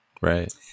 Right